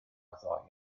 ddoe